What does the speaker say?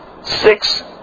six